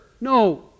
no